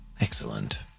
Excellent